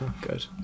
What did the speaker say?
Good